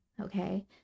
okay